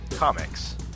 Comics